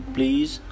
Please